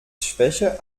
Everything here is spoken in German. schwäche